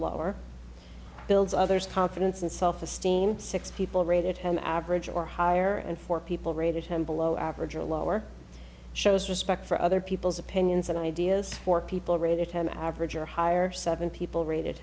lower builds others confidence and self esteem six people rated an average or higher and for people rated him below average or lower shows respect for other people's opinions and ideas for people rated ten average or higher seven people rated